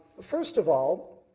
first of all,